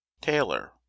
TAYLOR